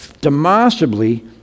demonstrably